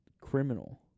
criminal